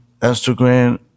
Instagram